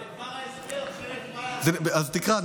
תקרא.